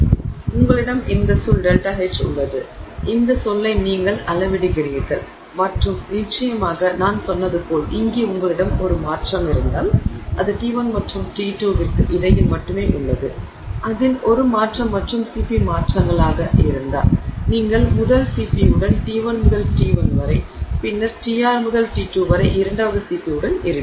எனவே உங்களிடம் இந்த சொல் ΔH உள்ளது இந்த சொல்லை நீங்கள் அளவிடுவீர்கள் மற்றும் நிச்சயமாக நான் சொன்னது போல் இங்கே உங்களிடம் ஒரு மாற்றம் இருந்தால் அது T1 மற்றும் T2 க்கு இடையில் மட்டுமே உள்ளது அதில் ஒரு மாற்றம் மற்றும் Cp மாற்றங்கள் இருந்தால் நீங்கள் முதல் Cp உடன் T1 முதல் Tr வரை பின்னர் Tr முதல் T2 வரை இரண்டாவது Cp உடன் இருப்பீர்கள்